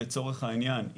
לצורך העניין,